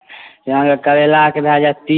अहाँ कें करैला के भय जायत तीस